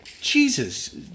Jesus